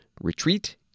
retreat